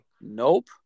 Nope